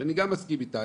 שאני גם מסכים איתה,